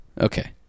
Okay